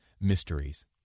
mysteries